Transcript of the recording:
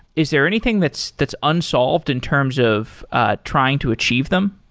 is there anything that's that's unsolved in terms of trying to achieve them?